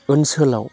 ओनसोलाव